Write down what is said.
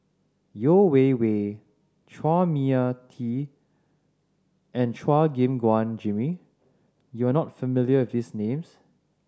Yeo Wei Wei Chua Mia Tee and Chua Gim Guan Jimmy you are not familiar with these names